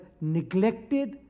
neglected